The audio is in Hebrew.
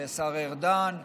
והשר ארדן,